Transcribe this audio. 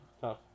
Tough